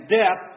death